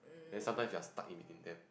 the sometimes we are stuck in between them